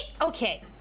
Okay